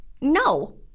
No